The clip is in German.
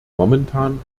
momentan